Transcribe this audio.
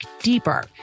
deeper